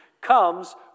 comes